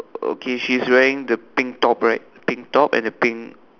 okay she is wearing the pink top right pink top and the pink